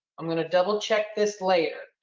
i'm going to double-check this later.